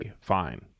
fine